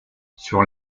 sur